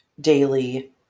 daily